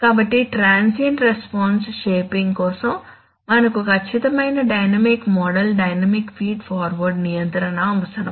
కాబట్టి transient response shaping కోసం మనకు ఖచ్చితమైన dynamic model dynamic feed forward నియంత్రణ అవసరం